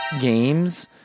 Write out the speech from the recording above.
games